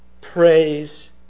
Praise